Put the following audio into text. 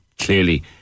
Clearly